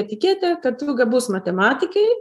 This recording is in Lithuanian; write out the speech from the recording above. etiketė kad tu gabus matematikai